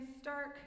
stark